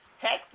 Text